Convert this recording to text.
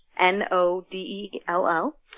N-O-D-E-L-L